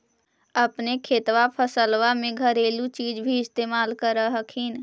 अपने खेतबा फसल्बा मे घरेलू चीज भी इस्तेमल कर हखिन?